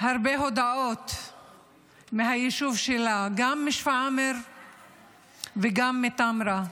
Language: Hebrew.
הרבה הודעות מהיישוב שילה, גם משפרעם וגם מטמרה